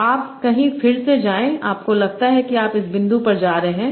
तो आप कहीं फिर से जाएं आपको लगता है कि आप इस बिंदु पर जा रहे हैं